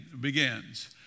begins